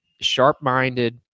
sharp-minded